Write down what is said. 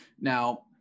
Now